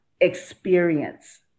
experience